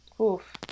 Oof